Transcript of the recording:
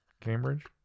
Cambridge